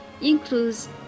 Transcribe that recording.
includes